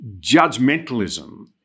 judgmentalism